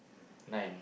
nine